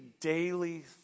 daily